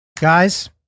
Guys